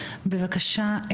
בבקשה,